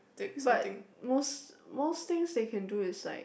but most most things they can do is like